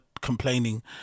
complaining